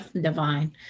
divine